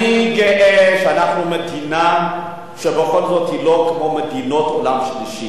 אני גאה שאנחנו מדינה שבכל זאת היא לא כמו מדינות העולם השלישי.